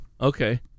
Okay